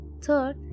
Third